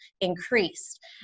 increased